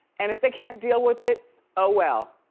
and if they can't deal with it, oh well.